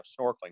snorkeling